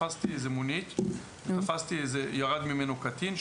תפסתי איזו מונית וירד ממנו קטין,